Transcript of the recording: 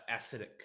acidic